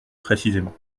précisément